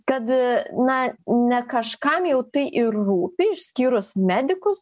kad na ne kažkam jau tai ir rūpi išskyrus medikus